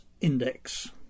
Index